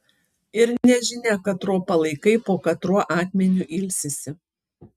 ir nežinia katro palaikai po katruo akmeniu ilsisi